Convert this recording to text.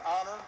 honor